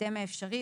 בהקדם האפשרי,